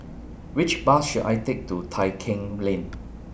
Which Bus should I Take to Tai Keng Lane